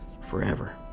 forever